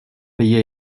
payer